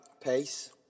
pace